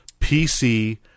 PC